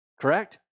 correct